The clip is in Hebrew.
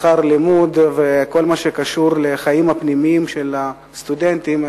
שכר לימוד וכל מה שקשור לחיים הפנימיים של הסטודנטים,